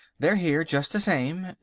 they're here just the same.